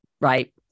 right